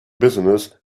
business